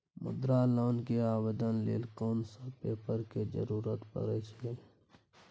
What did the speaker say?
मुद्रा लोन के आवेदन लेल कोन सब पेपर के जरूरत परै छै?